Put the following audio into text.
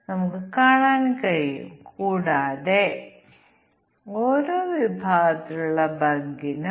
അതിനാൽ ഞങ്ങൾക്ക് അത് ലഭിച്ചുകഴിഞ്ഞാൽ തീരുമാന പട്ടിക വികസിപ്പിക്കുന്നത് നേരായതാണ്